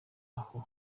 aho